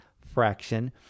fraction